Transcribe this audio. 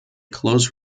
close